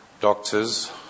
doctors